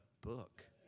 book